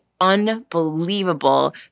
unbelievable